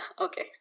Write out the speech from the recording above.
Okay